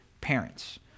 parents